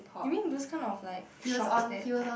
you mean those kind of like shops that